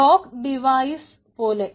block device പോലെ